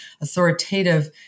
authoritative